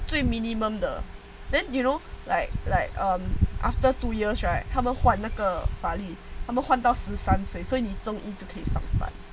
这是最 minimum 的 then you know like like um after two years right 他们换那个法律他们换到十三岁所以你中一就能上班